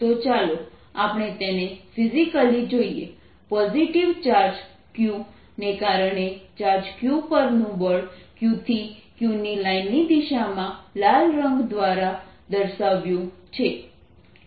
તો ચાલો આપણે તેને ફિઝિકલી જોઈએ પોઝીટીવ ચાર્જ Q ને કારણે ચાર્જ q પરનું બળ Q થી q ની લાઇનની દિશામાં લાલ રંગ દ્વારા દર્શાવ્યું છે